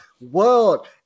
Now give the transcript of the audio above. world